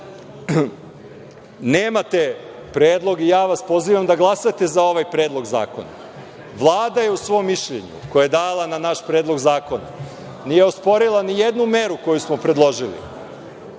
nemate predlog i ja vas pozivam da glasate za ovaj predlog zakona. Vlada je u svom mišljenju, koji je dala na naš predlog zakona, nije osporila ni jednu meru koju smo predložili.